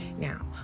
Now